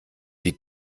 die